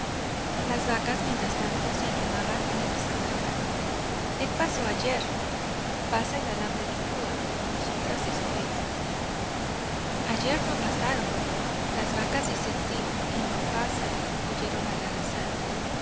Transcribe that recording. las vacas mientras tanto se animaban unas a otras el pasó ayer pasa el alambre de púa nosotras después ayer no pasaron las vacas dicen sí y no pasan oyeron al alazán